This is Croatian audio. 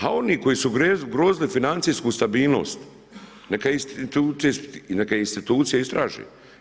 A oni koji su ugrozili financijsku stabilnost, neka institucije istraže.